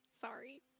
Sorry